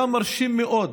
היה מרשים מאוד,